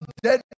Dead